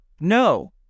no